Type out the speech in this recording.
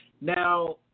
Now